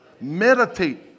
Meditate